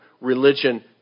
Religion